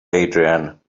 adrian